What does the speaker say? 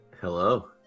Hello